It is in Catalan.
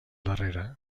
darrere